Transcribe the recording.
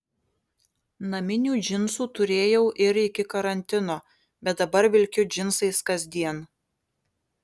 naminių džinsų turėjau ir iki karantino bet dabar vilkiu džinsais kasdien